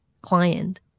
client